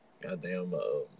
Goddamn